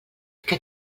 que